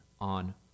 on